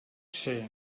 ser